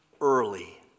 early